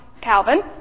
Calvin